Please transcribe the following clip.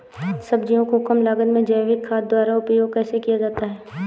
सब्जियों को कम लागत में जैविक खाद द्वारा उपयोग कैसे किया जाता है?